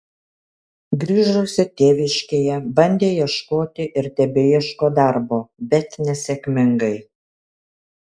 grįžusi tėviškėje bandė ieškoti ir tebeieško darbo bet nesėkmingai